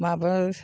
माबायाव